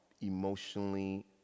emotionally